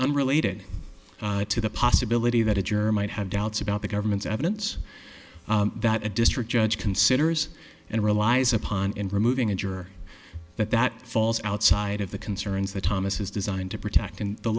unrelated to the possibility that a germ might have doubts about the government's evidence that a district judge considers and relies upon in removing a juror that that falls outside of the concerns that thomas is designed to protect in the